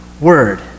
word